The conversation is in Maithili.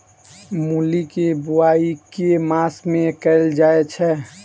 मूली केँ बोआई केँ मास मे कैल जाएँ छैय?